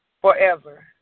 forever